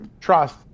trust